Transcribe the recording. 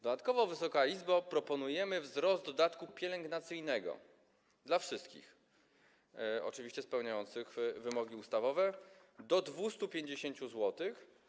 Dodatkowo, Wysoka Izbo, proponujemy wzrost dodatku pielęgnacyjnego dla wszystkich, oczywiście spełniających wymogi ustawowe, do 250 zł.